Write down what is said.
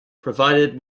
provided